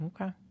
Okay